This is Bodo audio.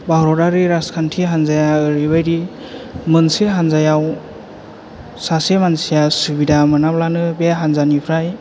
भारतारि राजखान्थि हानजाया ओरैबादि मोनसे हानजायाव सासे मानसिया सुबिदा मोनाब्लानो बे हानजानिफ्राय